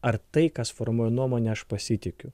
ar tai kas formuoja nuomonę aš pasitikiu